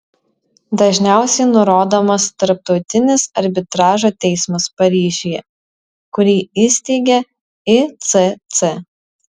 dažniausiai nurodomas tarptautinis arbitražo teismas paryžiuje kurį įsteigė icc